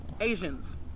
Asians